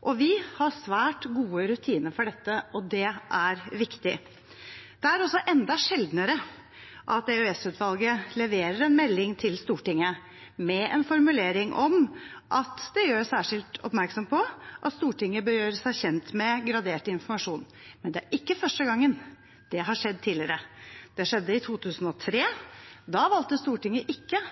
og vi har svært gode rutiner for dette. Det er viktig. Det er enda sjeldnere at EOS-utvalget leverer en melding til Stortinget med en formulering om at de gjør særskilt oppmerksom på at Stortinget bør gjøre seg kjent med gradert informasjon. Men det er ikke første gangen; det har skjedd tidligere. Det skjedde i 2003, og da valgte Stortinget ikke